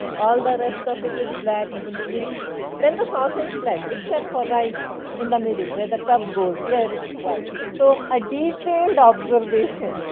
all the rest of it is black. you and you see then the saucer is black except for right in the middle where the cup goes where it is white. so, a detailed observation,